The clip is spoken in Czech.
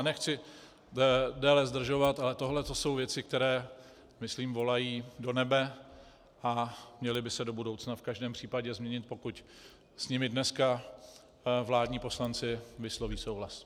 Nechci déle zdržovat, ale tohle to jsou věci, které myslím volají do nebe a měly by se do budoucna v každém případě změnit, pokud s nimi dneska vládní poslanci vysloví souhlas.